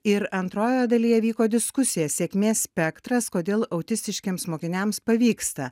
ir antrojoje dalyje vyko diskusija sėkmės spektras kodėl autistiškiems mokiniams pavyksta